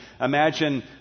imagine